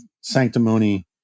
sanctimony